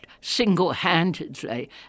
single-handedly